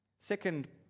Second